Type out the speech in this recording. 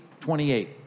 28